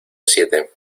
siete